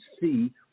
see